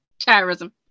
terrorism